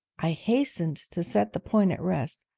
i hastened to set the point at rest.